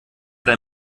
der